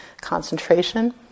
concentration